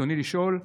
ברצוני לשאול: